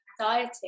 anxiety